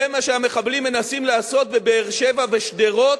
זה מה שהמחבלים מנסים לעשות בבאר-שבע ושדרות,